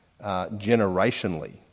generationally